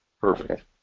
Perfect